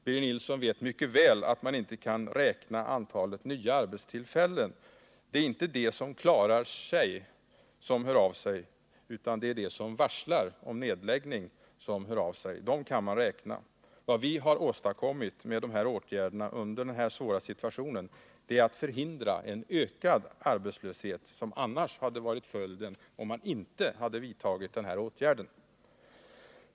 Birger Nilsson vet mycket väl att man inte kan räkna antalet nya arbetstillfällen. Det är inte de som klarar sig som hört av sig, utan det är de som varslats om nedläggning som hör av sig. Dem kan man räkna. Vad vi har åstadkommit med de här åtgärderna i den här svåra situationen är att vi förhindrat en ökad arbetslöshet, som annars hade blivit följden, om man inte hade vidtagit dem.